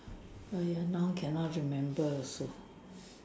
!aiya! now cannot remember also